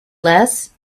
less